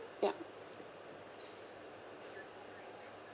yup